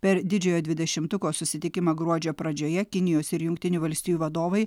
per didžiojo dvidešimtuko susitikimą gruodžio pradžioje kinijos ir jungtinių valstijų vadovai